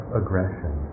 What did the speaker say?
aggression